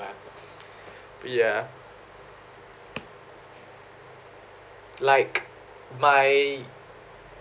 but ya like my